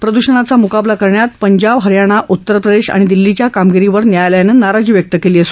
प्रदूषणाचा मुकाबला करण्यात ंजाब हरियाणा उत्तरप्रदेश आणि दिल्लीच्या कामगिरीवर न्यायालयानं नाराजी व्यक्त केली आहे